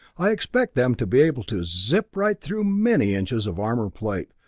i expect them to be able to zip right through many inches of armour plate,